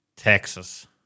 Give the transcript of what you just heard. Texas